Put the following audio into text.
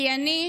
אני,